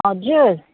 हजुर